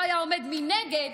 לא היה עומד מנגד,